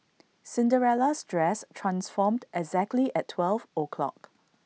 Cinderella's dress transformed exactly at twelve o'clock